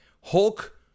Hulk